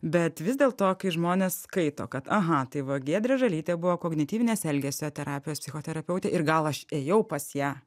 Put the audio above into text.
bet vis dėlto kai žmonės skaito kad aha tai va giedrė žalytė buvo kognityvinės elgesio terapijos psichoterapeutė ir gal aš ėjau pas ją